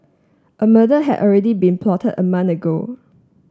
a murder had already been plotted a month ago